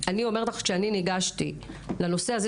כשניגשתי לנושא הזה,